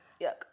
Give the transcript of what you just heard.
Yuck